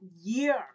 year